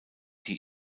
die